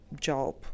job